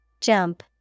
Jump